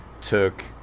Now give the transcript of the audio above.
took